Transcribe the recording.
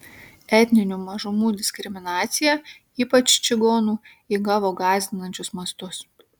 etninių mažumų diskriminacija ypač čigonų įgavo gąsdinančius mastus